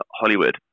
hollywood